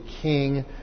king